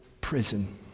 prison